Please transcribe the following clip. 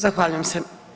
Zahvaljujem se.